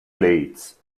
leads